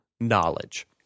knowledge